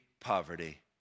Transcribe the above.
poverty